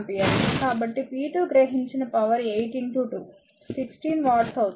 కాబట్టి p2 గ్రహించిన power 8 2 16 watts అవుతుంది